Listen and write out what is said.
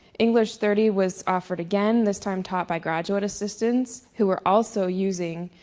english thirty was offered again, this time taught by graduate assistants, who were also using